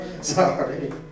Sorry